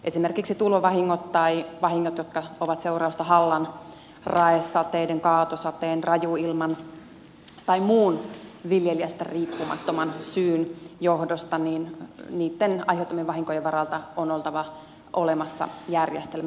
esimerkiksi tulvavahinkojen tai vahinkojen jotka ovat seuranneet hallan raesateiden kaatosateen rajuilman tai muun viljelijästä riippumattoman syyn johdosta aiheuttamien vahinkojen varalta on oltava olemassa järjestelmä